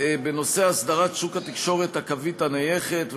בנושא אסדרת שוק התקשורת הקווית הנייחת,